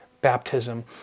baptism